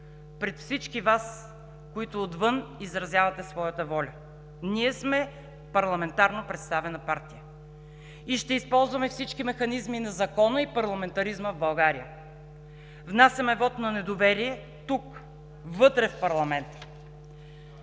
пред всички Вас, които отвън изразявате своята воля. Ние сме парламентарно представена партия и ще използваме всички механизми на закона и парламентаризма в България. Внасяме вот на недоверие тук, вътре в парламента,